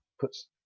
puts